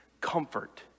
Comfort